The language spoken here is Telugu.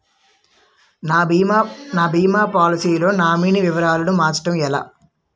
నా భీమా పోలసీ లో నామినీ వివరాలు మార్చటం ఎలా?